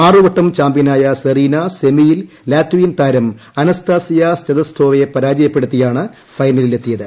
ആറ് വട്ടം ചാമ്പ്യനായ സെറീന സെമിയിൽ ലാത്ചിയൻ താരം അനസ്താസിയ സ്റ്റെതസോവയെ പരാജയപ്പെടുത്തിയാണ് ഫൈനലിൽ എത്തിയത്